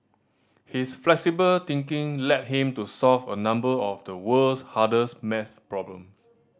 his flexible thinking led him to solve a number of the world's hardest maths problems